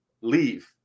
leave